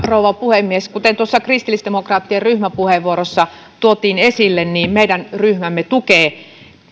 rouva puhemies kuten tuossa kristillisdemokraattien ryhmäpuheenvuorossa tuotiin esille meidän ryhmämme tukee